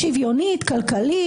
שוויונית, כלכלית.